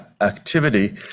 activity